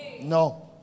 No